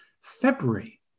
February